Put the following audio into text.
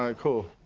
um cool.